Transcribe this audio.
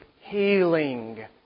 healing